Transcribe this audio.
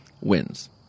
wins